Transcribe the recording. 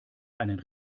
einen